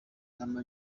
lam